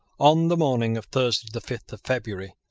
on the morning of thursday the fifth of february,